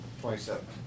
Twenty-seven